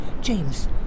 James